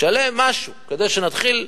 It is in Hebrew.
תשלם משהו כדי שנתחיל,